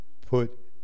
put